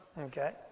Okay